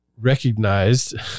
recognized